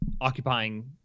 occupying